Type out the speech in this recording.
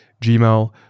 Gmail